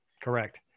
Correct